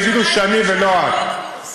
יגידו שאני ולא את.